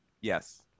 Yes